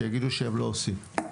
שיגידו שהם לא עושים.